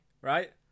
right